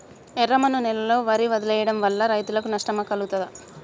ఎర్రమన్ను నేలలో వరి వదిలివేయడం వల్ల రైతులకు నష్టం కలుగుతదా?